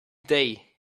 day